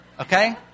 Okay